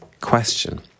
question